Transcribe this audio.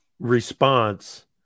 Response